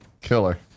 Killer